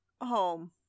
home